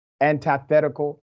antithetical